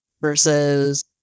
versus